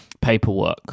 paperwork